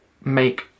make